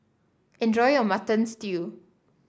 enjoy your Mutton Stew